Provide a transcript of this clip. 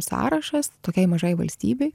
sąrašas tokiai mažai valstybei